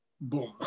boom